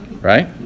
right